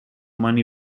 money